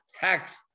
tax